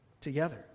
together